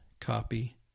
copy